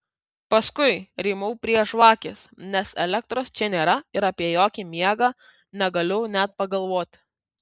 paskui rymau prie žvakės nes elektros čia nėra ir apie jokį miegą negaliu net pagalvoti